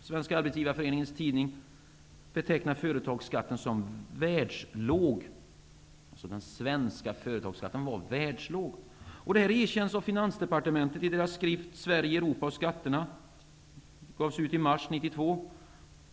Svenska Arbetsgivareföreningens tidning betecknade den svenska företagsskatten som världslåg. Det erkänns också av Finansdepartementet i deras skrift 1992.